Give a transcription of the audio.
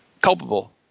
culpable